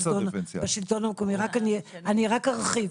רק ארחיב,